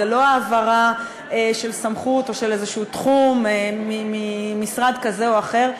זו לא העברה של סמכות או של איזה תחום ממשרד כזה או אחר,